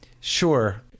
Sure